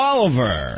Oliver